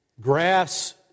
Grass